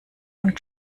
und